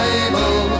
Bible